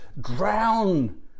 drown